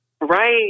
Right